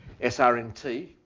SRNT